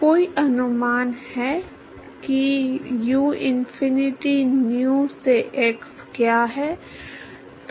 कोई अनुमान है कि uinfinity nu से x क्या है